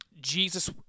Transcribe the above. Jesus